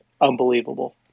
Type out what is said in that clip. unbelievable